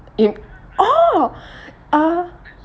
you oh uh